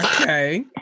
Okay